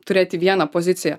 turėti vieną poziciją